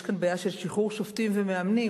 יש כאן בעיה של שחרור שופטים ומאמנים,